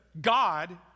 God